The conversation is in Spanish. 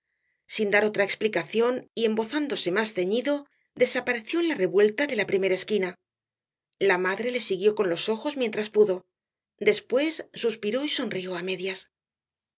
sin dar otra explicación y embozándose más ceñido desapareció en la revuelta de la primer esquina la madre le siguió con los ojos mientras pudo después suspiró y sonrió á medias